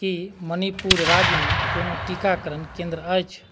की मणिपुर राज्यमे कोनो टीकाकरण केंद्र अछि